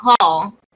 call